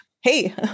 Hey